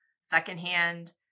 secondhand